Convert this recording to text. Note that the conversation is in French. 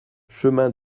chemin